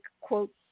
quote